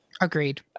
Agreed